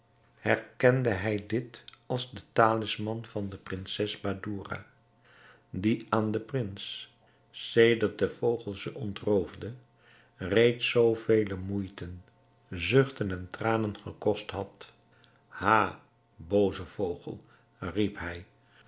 herkende hij dit als de talisman van de prinses badoura die aan den prins sedert de vogel ze hem ontroofde reeds zoo vele moeiten zuchten en tranen gekost had ha booze vogel riep hij